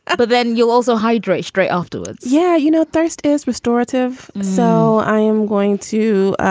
but then you'll also hydrate straight afterwards yeah. you know, thirst is restorative. so i am going to,